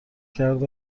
کرد